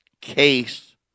case